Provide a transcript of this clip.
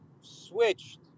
switched